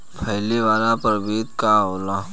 फैले वाला प्रभेद का होला?